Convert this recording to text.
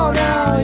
now